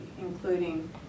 including